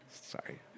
Sorry